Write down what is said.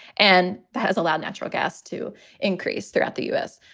and that has allowed natural gas to increase throughout the u s.